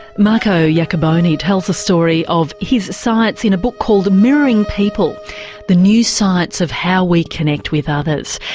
marco iacoboni tells the story of his science in a book called mirroring people the new science of how we connect with others.